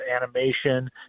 animation